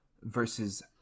versus